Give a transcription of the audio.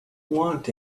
want